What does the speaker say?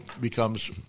becomes